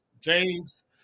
James